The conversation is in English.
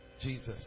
Jesus